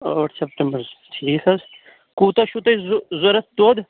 ٲٹھ سٮ۪پٹمبر حظ ٹھیٖک حظ کوٗتاہ چھُو تۄہہِ ضُہ ضوٚرَتھ دۄد